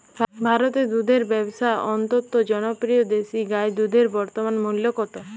ভারতে দুধের ব্যাবসা অত্যন্ত জনপ্রিয় দেশি গাই দুধের বর্তমান মূল্য কত?